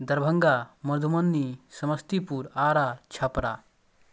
Darbhanga Madhubani Samastipur Ara Chhapra